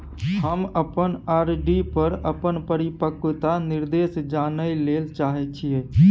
हम अपन आर.डी पर अपन परिपक्वता निर्देश जानय ले चाहय छियै